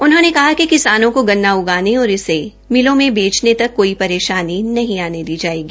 उन्होंने कहा कि किसानों को गन्ना उगाने और इसे मिलो में बेचने तक कोई परेशानी नहीं आने दी जायेगी